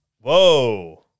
Whoa